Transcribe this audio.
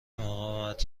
مقاومت